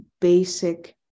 basic